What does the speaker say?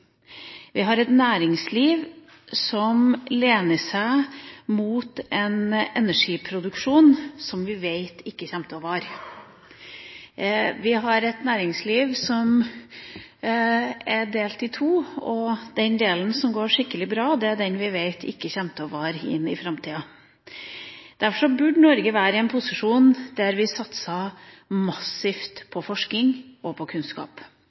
Vi har et næringsliv som lener seg mot en energiproduksjon, som vi vet ikke kommer til å vare. Vi har et næringsliv som er delt i to, og den delen som går skikkelig bra, er den vi vet ikke kommer til å vare inn i framtida. Derfor burde Norge være i en posisjon hvor vi satset massivt på forskning og kunnskap.